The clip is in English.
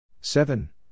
seven